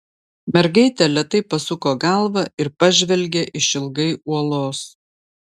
mergaitė lėtai pasuko galvą ir pažvelgė išilgai uolos